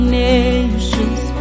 nations